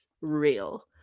real